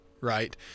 right